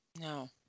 No